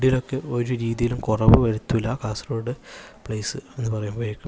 ഫുഡിലൊക്കെ ഒരു രീതിലും കുറവ് വരുത്തില്ല കാസർഗോഡ് പ്ലേസ് എന്നുപറയുമ്പഴേക്കും